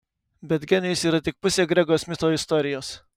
bet genijus yra tik pusė grego smitho istorijos